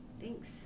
Thanks